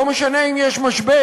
לא משנה אם יש משבר,